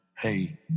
hey